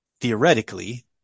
theoretically